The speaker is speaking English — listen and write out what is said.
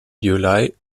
july